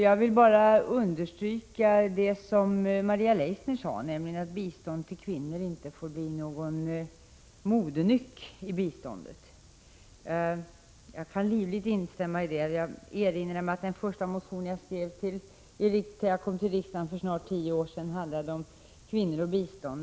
Jag vill bara understryka vad Maria Leissner sade, nämligen att bistånd till kvinnor inte får bli någon modenyck i biståndet. Jag instämmer livligt i det. Jag erinrar mig att den första motion jag skrev när jag kom till riksdagen för snart tio år sedan handlade om kvinnor och bistånd.